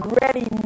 ready